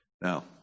Now